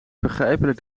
begrijpelijk